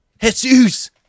Jesus